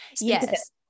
Yes